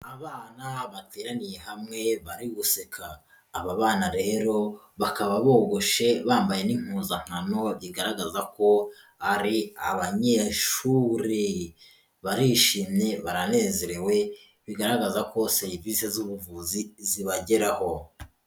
Abana bateraniye hamwe bari guseka, aba bana rero bakaba bogoshe bambaye n'impuzankano bigaragaza ko ari abanyeshurire, barishimye baranezerewe bigaragaza ko serivise z'ubuvuzi zibageraho.